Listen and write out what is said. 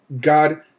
God